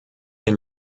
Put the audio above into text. den